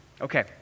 Okay